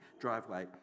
driveway